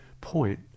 point